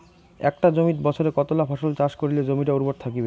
একটা জমিত বছরে কতলা ফসল চাষ করিলে জমিটা উর্বর থাকিবে?